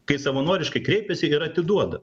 kai savanoriškai kreipiasi ir atiduoda